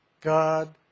God